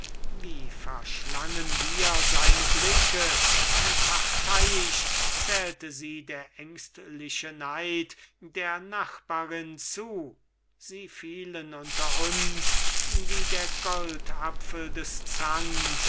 wie verschlangen wir seine blicke wie parteiisch zählte sie der ängstliche neid der nachbarin zu sie fielen unter uns wie der goldapfel des zanks